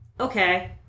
okay